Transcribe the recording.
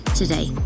today